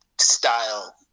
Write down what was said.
style